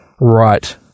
Right